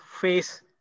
face